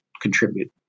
contribute